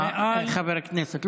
חבר הכנסת.